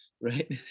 right